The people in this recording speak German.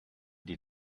die